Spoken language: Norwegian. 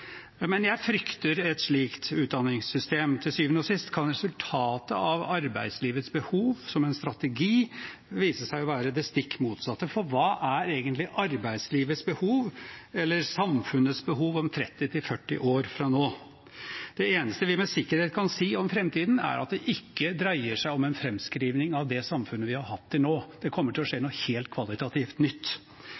Men jeg frykter et slikt utdanningssystem. Til syvende og sist kan resultatet av «arbeidslivets behov» som en strategi vise seg å være det stikk motsatte. For hva er egentlig arbeidslivets behov, eller samfunnets behov, om 30–40 år fra nå? Det eneste vi med sikkerhet kan si om framtiden, er at det ikke dreier seg om en framskrivning av det samfunnet vi har hatt til nå. Det kommer til å skje